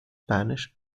spanish